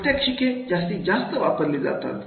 प्रात्यक्षिके जास्तीत जास्त वापरली जातात